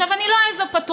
עכשיו, אני לא איזה פטרונית.